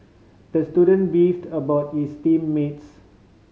the student beefed about his team mates